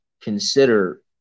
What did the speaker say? consider